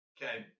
Okay